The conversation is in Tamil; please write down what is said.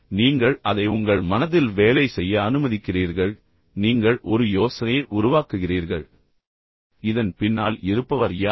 எனவே நீங்கள் அதை உங்கள் மனதில் வேலை செய்ய அனுமதிக்கிறீர்கள் பின்னர் நீங்கள் ஒரு யோசனையை உருவாக்குகிறீர்கள் இதன் பின்னால் இருப்பவர் யார்